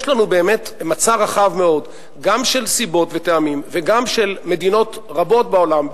יש לנו באמת מצע רחב מאוד גם של סיבות וטעמים וגם של מדינות רבות בעולם,